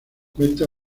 cuenta